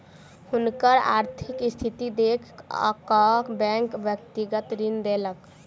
हुनकर आर्थिक स्थिति देख कअ बैंक व्यक्तिगत ऋण देलक